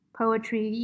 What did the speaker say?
poetry